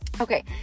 Okay